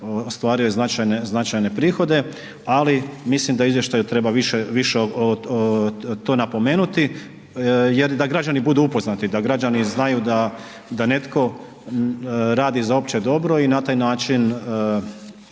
ostvario je značajne prihode, ali mislim da u izvještaju treba više to napomenuti jer da građani budu upoznati, da građani znaju da netko radi za opće dobro i na taj način